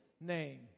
name